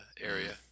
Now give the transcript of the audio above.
area